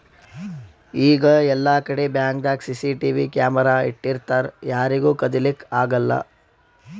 ಈಗ್ ಎಲ್ಲಾಕಡಿ ಬ್ಯಾಂಕ್ದಾಗ್ ಸಿಸಿಟಿವಿ ಕ್ಯಾಮರಾ ಇಟ್ಟಿರ್ತರ್ ಯಾರಿಗೂ ಕದಿಲಿಕ್ಕ್ ಆಗಲ್ಲ